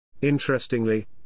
Interestingly